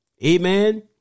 Amen